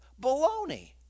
Baloney